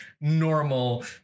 normal